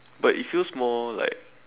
but it feels more like